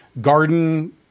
garden